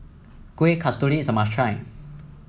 Kuih Kasturi is a must try